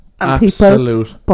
Absolute